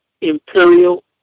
imperial